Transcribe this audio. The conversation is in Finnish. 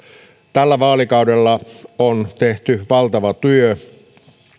tällä vaalikaudella on tehty valtava työ